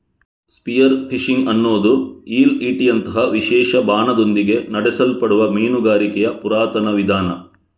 spear fishing ಅನ್ನುದು ಈಲ್ ಈಟಿಯಂತಹ ವಿಶೇಷ ಬಾಣದೊಂದಿಗೆ ನಡೆಸಲ್ಪಡುವ ಮೀನುಗಾರಿಕೆಯ ಪುರಾತನ ವಿಧಾನ